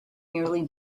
nearly